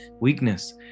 weakness